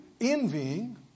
envying